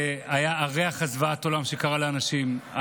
ריח זוועת העולם שקרה לאנשים.